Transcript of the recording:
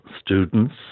students